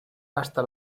hasta